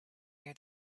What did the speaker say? near